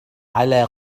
على